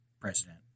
president